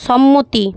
সম্মতি